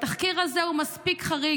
התחקיר הזה הוא מספיק חריג.